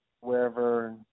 wherever